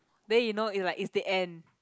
then you know it's like it's the end